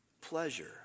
pleasure